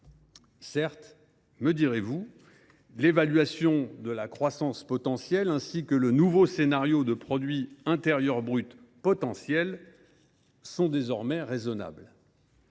Certes, me direz vous, l’évaluation de la croissance potentielle, ainsi que le nouveau scénario d’évolution du produit intérieur brut potentiel sont désormais raisonnables.